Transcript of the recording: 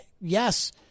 Yes